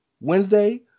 Wednesday